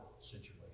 situation